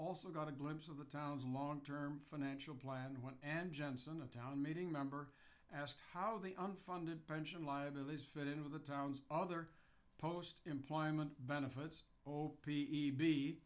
also got a glimpse of the town's long term financial plan when and jensen a town meeting member asked how the unfunded pension liabilities fit in with the town's other post employment benefits o p e b